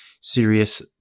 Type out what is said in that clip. serious